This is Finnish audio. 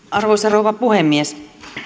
arvoisa rouva puhemies